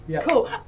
Cool